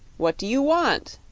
what do you want?